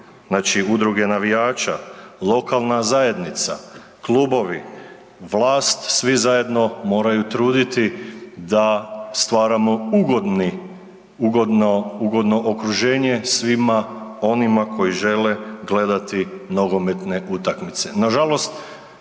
znači udruge navijača, lokalna zajednica, klubovi, vlast, svi zajedno moraju truditi da stvaramo ugodni, ugodno okruženje svima onima koji žele gledati nogometne utakmice.